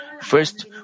First